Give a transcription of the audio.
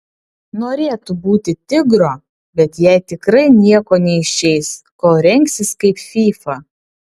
norėtų būti tigro bet jai tikrai nieko neišeis kol rengsis kaip fyfa